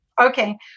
Okay